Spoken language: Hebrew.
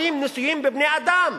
עושים ניסויים בבני-אדם.